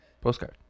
Postcard